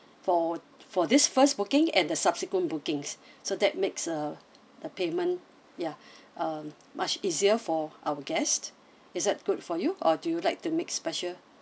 for for this first booking and the subsequent bookings so that makes a the payment ya uh much easier for our guest is that good for you or do you like to make special